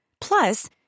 Plus